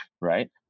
right